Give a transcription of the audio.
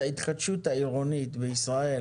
ההתחדשות העירונית בישראל,